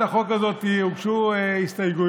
להצעת החוק הזאת הוגשו הסתייגויות.